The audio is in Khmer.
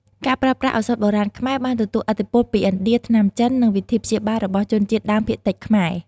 ការប្រើប្រាស់ឱសថបុរាណខ្មែរបានទទួលឥទ្ធិពលពី ឥណ្ឌា ថ្នាំចិន និងវិធីព្យាបាលរបស់ជនជាតិដើមភាគតិចខ្មែរ។